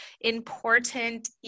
important